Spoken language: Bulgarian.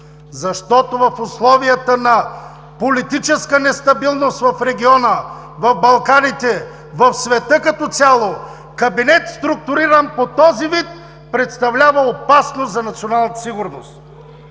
защото в условията на политическа нестабилност в региона, в Балканите, в света като цяло, кабинет, структуриран по този вид, представлява опасност за националната сигурност!